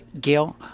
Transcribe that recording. Gail